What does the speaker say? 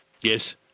Yes